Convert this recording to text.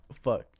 Fuck